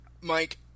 Mike